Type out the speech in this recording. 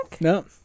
No